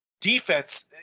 Defense